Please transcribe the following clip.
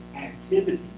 activity